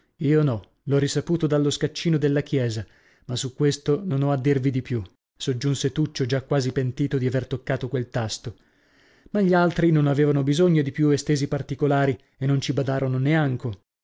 io no l'ho risaputo dallo scaccino della chiesa ma su questo non ho a dirvi di più soggiunse tuccio già quasi pentito di aver toccato quel tasto ma gli altri non avevano bisogno di più estesi particolari e non ci badarono neanco